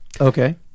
Okay